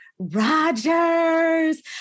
Rogers